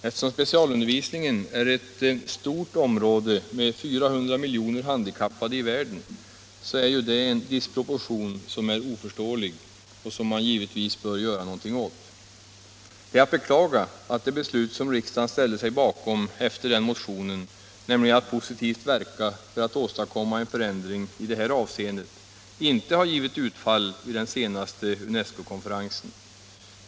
Eftersom specialundervisningen är ett stort område med 400 miljoner handikappade i världen, så är ju detta en disproportion som är oförståelig och som man givetvis bör göra någonting åt. Det är att beklaga att det beslut som riksdagen ställt sig bakom efter den motionen, nämligen att positivt verka för att åstadkomma en förändring i det här avseendet, inte har givit utfall vid den senaste UNESCO-konferensen.